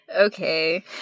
Okay